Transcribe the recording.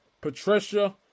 Patricia